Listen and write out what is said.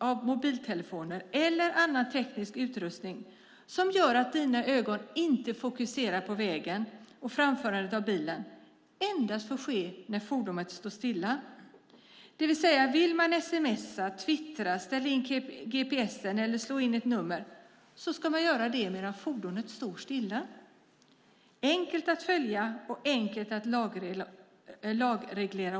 av mobiltelefoner eller annan teknisk utrustning som gör att dina ögon inte fokuserar på vägen och framförandet av bilen endast får ske när fordonet står stilla. Vill man sms:a, twittra, ställa in gps:n eller slå in ett nummer ska man göra det medan fordonet står stilla. Det är enkelt att följa och enkelt att lagreglera.